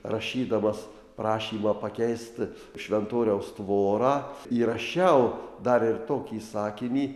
rašydamas prašymą pakeist šventoriaus tvorą įrašiau dar ir tokį sakinį